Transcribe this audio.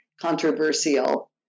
controversial